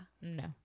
No